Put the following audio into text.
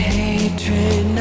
hatred